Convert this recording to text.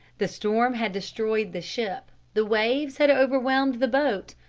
the storm had destroyed the ship. the waves had overwhelmed the boat.